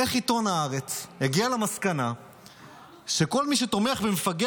איך עיתון הארץ הגיע למסקנה שכל מי שתומך במפגע